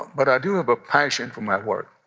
but i do have a passion for my work.